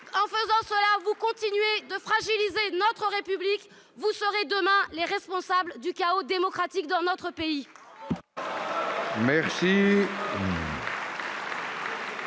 En faisant cela, vous continuez de fragiliser notre République. Vous serez, demain, les responsables du chaos démocratique dans notre pays !